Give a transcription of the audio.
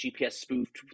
GPS-spoofed